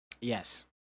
Yes